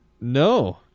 No